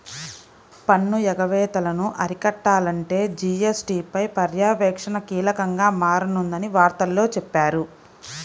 పన్ను ఎగవేతలను అరికట్టాలంటే జీ.ఎస్.టీ పై పర్యవేక్షణ కీలకంగా మారనుందని వార్తల్లో చెప్పారు